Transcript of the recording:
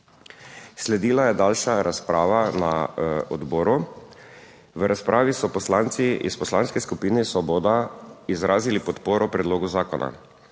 Sledila je daljša razprava na odboru. V razpravi so poslanci iz Poslanske skupine Svoboda izrazili podporo predlogu zakona.